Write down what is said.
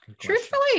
Truthfully